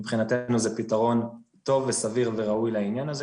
מבחינתנו זה פתרון טוב וסביר וראוי לעניין הזה,